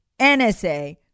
NSA